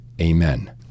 Amen